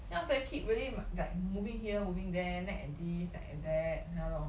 then after that keep really like moving here moving there nag at this nag at that ya lor